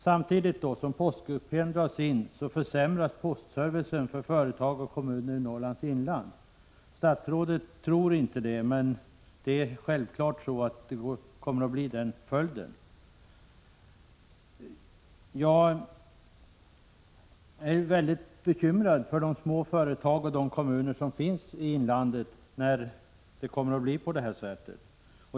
Samtidigt som postkupéerna dras in försämras postservicen för företag och kommuner i Norrlands inland. Statsrådet tror inte det, men det är självklart att följden blir den. Jag är mycket bekymrad för de små företagen och kommunerna i inlandet, när det kommer att bli på detta sätt.